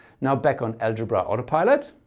now back on algebra autopilot,